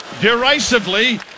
derisively